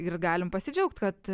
ir galim pasidžiaugt kad